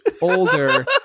older